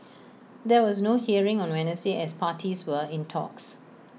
there was no hearing on Wednesday as parties were in talks